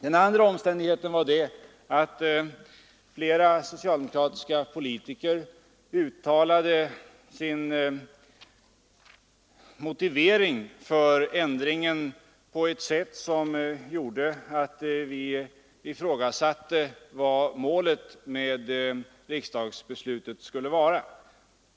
Den andra omständigheten var att flera socialdemokratiska politiker uttalade sin motivering för ändringen på ett sätt som gjorde att vi ifrågasatte vad målet med riksdagsbeslutet skulle vara.